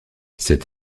cette